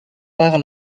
par